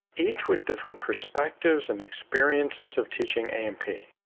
each with different perspectives and experiences of teaching a and p.